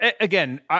again